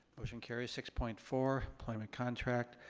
motion carries six point four employment contract.